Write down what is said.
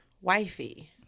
wifey